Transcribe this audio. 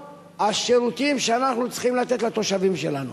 השירותים שאנחנו צריכים לתת לתושבים שלנו.